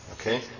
Okay